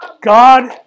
God